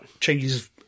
changes